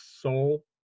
soul